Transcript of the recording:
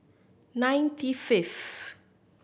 ninety fifth